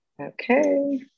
Okay